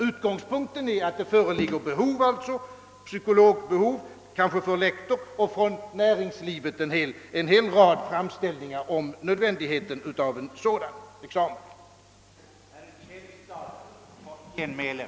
Utgångspunkten är att det föreligger behov av t.ex. psykologer, och från näringslivet har det kommit en hel rad framställningar beträffande nödvändigheten av en sådan examen.